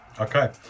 Okay